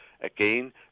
Again